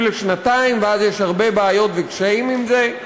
לשנתיים ואז יש הרבה בעיות וקשיים עם זה.